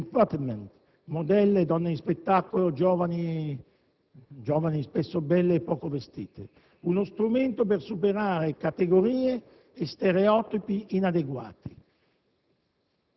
dell'*infotainment* (modelle, donne di spettacolo, giovani spesso belle e poco vestite), uno strumento per superare categorie e stereotipi inadeguati.